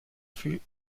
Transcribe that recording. fut